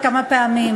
נפזר את ההתקהלויות,